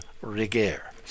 rigueur